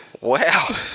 Wow